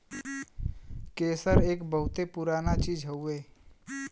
केसर एक बहुते पुराना चीज हउवे